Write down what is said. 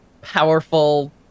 powerful